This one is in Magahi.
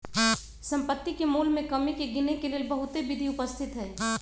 सम्पति के मोल में कमी के गिनेके लेल बहुते विधि उपस्थित हई